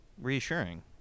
reassuring